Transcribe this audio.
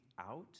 out